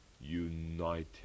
united